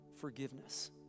forgiveness